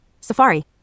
Safari